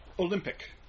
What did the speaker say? Olympic